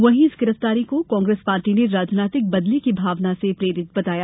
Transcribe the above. वहीं इस गिरफ्तारी को कांग्रेस पार्टी ने राजनीतिक बदले की भावना से प्रेरित बताया